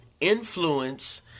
Influence